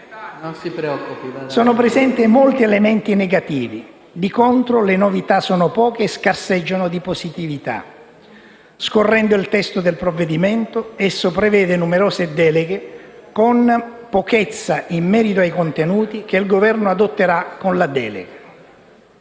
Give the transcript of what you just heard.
sono presenti molti elementi negativi; di contro, le novità sono poche e scarseggiano di positività. Scorrendo il testo del provvedimento, esso prevede numerose deleghe, con pochezza in merito ai contenuti che il Governo adotterà con la delega.